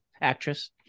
actress